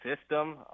system